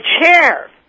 chair